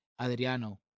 Adriano